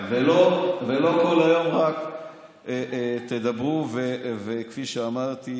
ולא כל היום רק תדברו, וכפי שאמרתי,